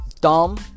dumb